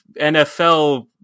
NFL